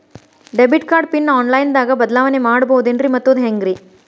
Debit card PIN online ದಾಗ ಬದಲಾವಣೆ ಮಾಡಬಹುದೇನ್ರಿ ಮತ್ತು ಅದು ಹೆಂಗ್ರಿ?